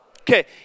Okay